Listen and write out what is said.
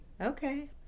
Okay